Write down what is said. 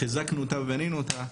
חיזקנו ובנינו אותה.